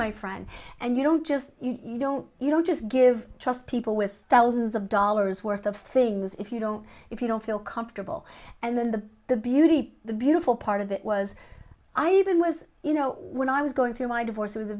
my friend and you don't just you don't you don't just give trust people with thousands of dollars worth of things if you don't if you don't feel comfortable and then the the beauty the beautiful part of it was i even was you know when i was going through my divorce was a